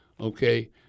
okay